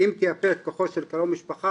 אם תייפה את כוחו של קרוב משפחה',